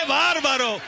bárbaro